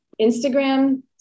Instagram